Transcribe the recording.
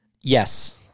Yes